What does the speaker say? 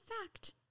fact